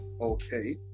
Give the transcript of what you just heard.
okay